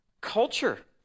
culture